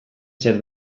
zer